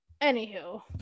Anywho